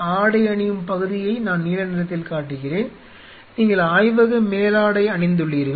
ஆடை அணியும் பகுதியை நான் நீல நிறத்தில் காட்டுகிறேன் நீங்கள் ஆய்வக மேலாடை அணிந்துள்ளீர்கள்